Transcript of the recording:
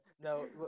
No